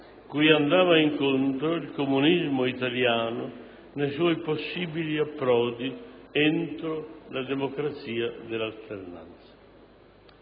cui andava incontro il comunismo italiano nei suoi possibili approdi dentro la democrazia dell'alternanza.